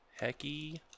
Hecky